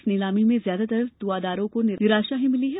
इस नीलामी में ज्यादातर तुआदारों को निराश किया है